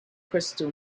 crystal